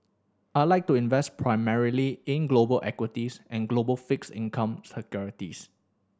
I like to invest primarily in global equities and global fixed income securities